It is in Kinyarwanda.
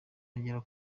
agera